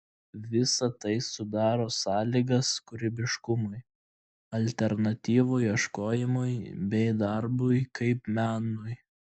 visa tai sudaro sąlygas kūrybiškumui alternatyvų ieškojimui bei darbui kaip menui